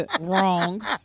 Wrong